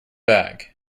bag